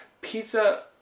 Pizza